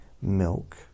milk